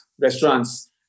restaurants